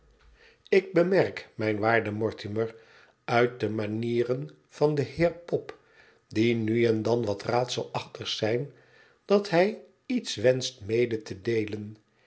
ik bemerk mijn waarde mortimer uit de manieren van den heer pop die nu en dan wat raadselachtig zijn dat hij iets wenscht mede te deelen